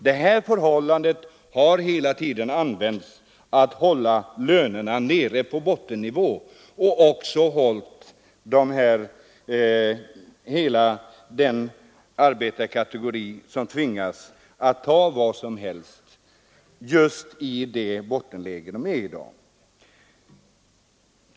De rådande förhållandena har hela tiden använts för att hålla lönerna nere på lägsta möjliga nivå, vilket har resulterat i det bottenläge som i dag gäller för hela den arbetarkategori som tvingas att ta vilka arbeten som helst.